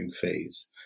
phase